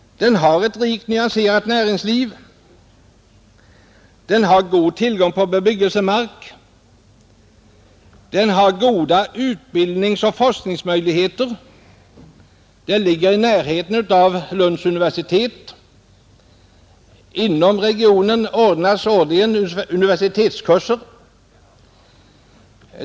Den har ett rikt nyanserat näringsliv. Den har god tillgång på bebyggelsemark. Den har goda utbildningsoch forskningsmöjligheter. Den ligger i närheten av Lunds universitet. Inom regionen ordnas årligen universitetskurser.